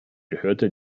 gehörte